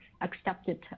accepted